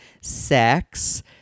sex